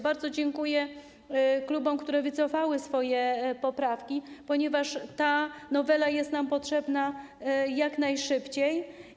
Bardzo dziękuję klubom, które wycofały swoje poprawki, ponieważ ta nowela jest nam potrzebna jak najszybciej.